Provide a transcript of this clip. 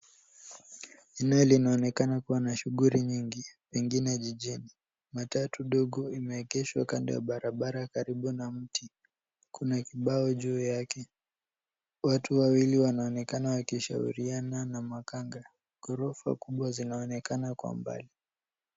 Eneo linaonekana kuwa na shughuli nyingi, pengine jijini. Matatu ndogo imeegeshwa kando ya barabara karibu na mti. Kuna kibao juu yake. Watu wawili wanaonekana wakishauriana na makanga. Ghorofa kubwa zinaonekana kwa mbali.